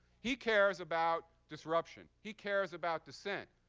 he cares about disruption. he cares about dissent.